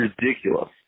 ridiculous